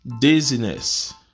dizziness